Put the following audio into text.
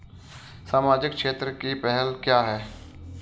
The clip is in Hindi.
सामाजिक क्षेत्र की पहल क्या हैं?